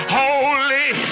holy